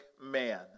man